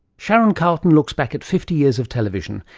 sharon carleton looks back at fifty years of television,